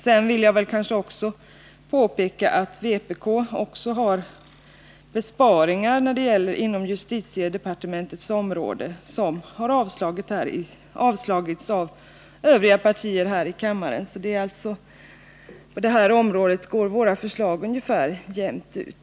Sedan vill jag påpeka att vpk inom justitiedepartementets område också har lagt fram förslag till besparingar, som har avslagits av övriga partier här i kammaren. På detta område går alltså våra förslag ungefär jämnt ut.